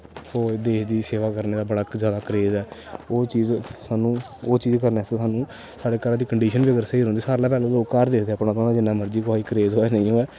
फौ देश दी सेवा करने दा बड़ा जादा क्रेज़ ऐ ओह् चीज़ सानूं ओह् चीज़ करने आस्तै सानूं साढ़े घरा दी कंडीशन बी अगर स्हेई रौंह्दी सारें कोला पैह्लें लोक घर दिखदे अपना अपना जिन्ना मर्जी कुसै गी क्रेज़ होऐ नेईं होऐ